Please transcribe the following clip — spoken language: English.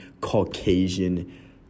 Caucasian